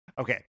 Okay